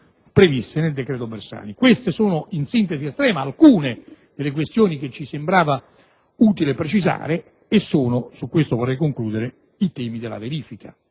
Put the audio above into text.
previste nel decreto Bersani. Queste sono, in sintesi estrema, alcune delle questioni che ci sembrava utile precisare e che sono i temi della verifica